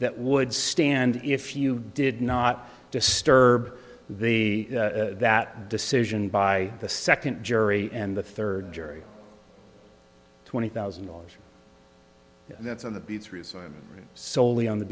that would stand if you did not disturb the that decision by the second jury and the third jury twenty thousand dollars that's on the beach solely on the